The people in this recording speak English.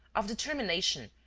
of determination,